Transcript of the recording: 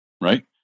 right